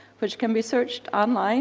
which can be searched online